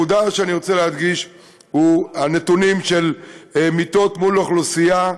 הנקודה שאני רוצה להדגיש היא הנתונים של מיטות מול אוכלוסייה,